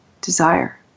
desire